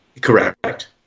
Correct